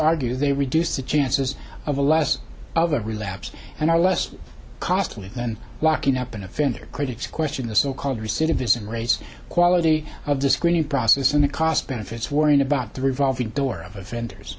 argue they reduce the chances of a less of a relapse and are less costly than locking up an offender critics question the so called recidivism rates quality of the screening process and the cost benefits worrying about the revolving door of offenders